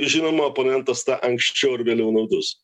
žinoma oponentas tą anksčiau ar vėliau naudos